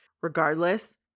regardless